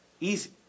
easy